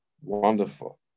Wonderful